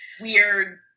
weird